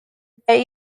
their